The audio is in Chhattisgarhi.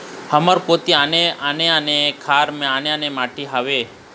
हमर कोती आने आने खार म आने आने माटी हावे?